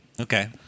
Okay